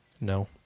No